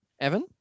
Evan